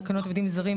תקנות עובדים זרים,